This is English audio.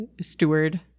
steward